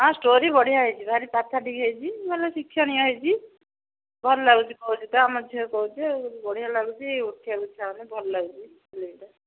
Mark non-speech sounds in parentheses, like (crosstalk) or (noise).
ହଁ ଷ୍ଟୋରି ବଢ଼ିଆ ହେଇଛି ଭାରି (unintelligible) ହେଇଛି ଭଲ ଶିକ୍ଷଣୀୟ ହେଇଛି ଭଲ ଲାଗୁଛି କହୁଛି ତ ଆମ ଝିଅ କହୁଛି ବଢ଼ିଆ ଲାଗୁଛି ଉଠିବାକୁ ଉଠିବା ମାନେ ଭଲ ଲାଗୁଛି